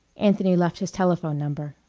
anthony left his telephone number.